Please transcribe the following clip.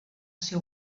seu